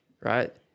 right